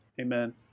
Amen